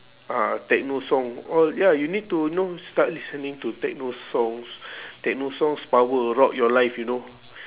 ah techno song all ya you need to know start listening to techno songs techno songs power rock your life you know